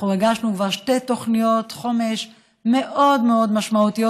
הגשנו כבר שתי תוכניות חומש מאוד מאוד משמעותיות,